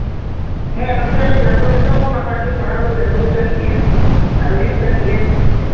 ᱦᱮᱸ ᱱᱚᱛᱮ ᱟᱞᱮ ᱡᱷᱟᱲᱠᱷᱚᱸᱰ ᱫᱤᱥᱚᱢ ᱦᱚᱸ ᱱᱟᱯᱟᱭᱜᱮ ᱯᱟᱲᱦᱟᱣ ᱫᱚ ᱪᱟᱹᱞᱩᱣᱟᱠᱟᱱ ᱜᱮᱭᱟ ᱟᱨ ᱦᱩᱭᱩᱜ ᱠᱟᱱ ᱜᱮᱭᱟ